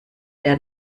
der